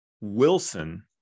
Wilson